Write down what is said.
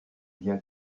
bien